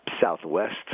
Southwest